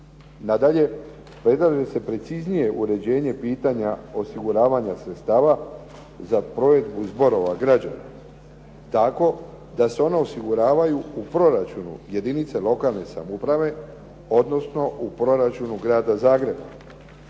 Nadalje, predlaže se preciznije uređenje pitanja osiguravanja sredstava za provedbu zborova građana, tako da se ona osiguravaju u proračunu jedinica lokalne samouprave, odnosno u proračunu Grada Zagreba,